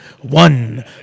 one